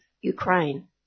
Ukraine